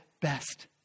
best